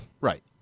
Right